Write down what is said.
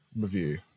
review